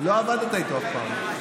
לא עבדת איתו אף פעם.